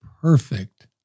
perfect